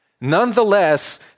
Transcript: Nonetheless